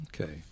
Okay